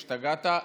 השתגעת,